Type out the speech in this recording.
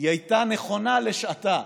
שהיא הייתה נכונה לשעתה.